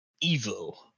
evil